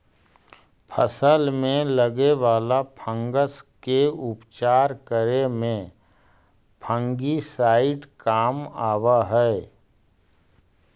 फसल में लगे वाला फंगस के उपचार करे में फंगिसाइड काम आवऽ हई